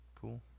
Cool